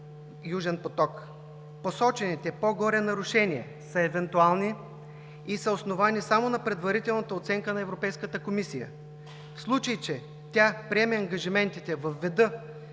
„Южен поток“. Посочените по-горе нарушения са евентуални и са основани само на предварителната оценка на Европейската комисия. В случай че тя приеме ангажиментите във